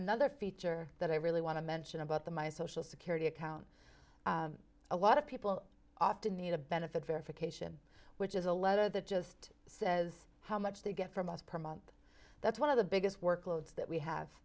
another feature that i really want to mention about the my social security account a lot of people often need a benefit verification which is a letter that just says how much they get from us per month that's one of the biggest workloads that we have